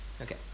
Okay